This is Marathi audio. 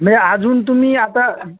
नाही अजून तुम्ही आता